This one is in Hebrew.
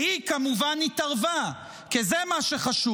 והיא כמובן התערבה, כי זה מה שחשוב.